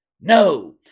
No